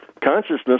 consciousness